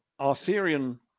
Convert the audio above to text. Arthurian